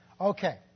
Okay